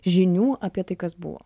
žinių apie tai kas buvo